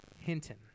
hinton